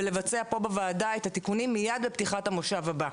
ולבצע פה בוועדה את התיקונים מיד בפתיחת המושב הבא.